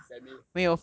send me